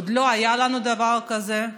עוד לא היה לנו דבר כזה.